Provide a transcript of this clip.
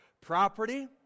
Property